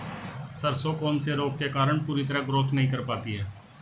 सरसों कौन से रोग के कारण पूरी तरह ग्रोथ नहीं कर पाती है?